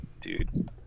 dude